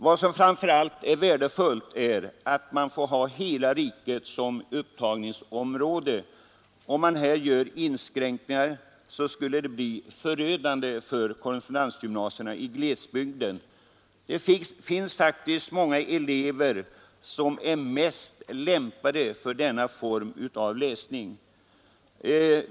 Vad som framför allt är värdefullt är att man får ha hela riket som upptagningsområde. Om det här görs inskränkningar, skulle det bli förödande för korrespondens Skolväsendets gymnasierna i glesbygden. Det finns faktiskt många elever som är mest Organisation i lämpade för den formen av läsning. 8lesbygd m.m.